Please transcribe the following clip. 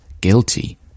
guilty